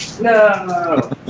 No